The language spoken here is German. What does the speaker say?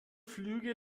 flüge